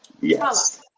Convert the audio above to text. Yes